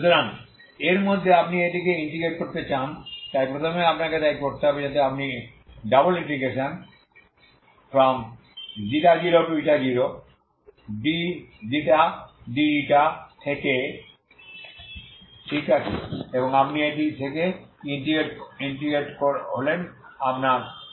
সুতরাং এর মধ্যে আপনি এটিকে ইন্টিগ্রেট করতে চান তাই প্রথমে আপনাকে তাই করতে হবে যাতে আপনি ∬00dξ dηথেকে ঠিক করেন ঠিক আছে এবং আপনি এটি থেকে ইন্টিগ্রেট হলেন আপনার ξη